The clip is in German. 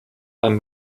beim